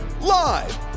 Live